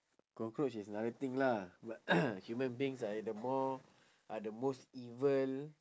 cockroach is nothing lah but human beings are the more are the most evil